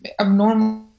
abnormal